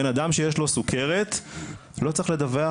לבן אדם שיש סכרת לא צריך לדווח,